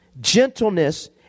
gentleness